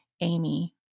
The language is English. Amy